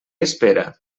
espera